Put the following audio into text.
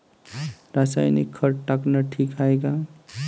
रासायनिक खत टाकनं ठीक हाये का?